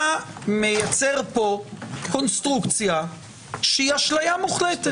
אתה מייצר פה קונסטרוקציה שהיא אשליה מוחלטת.